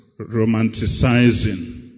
romanticizing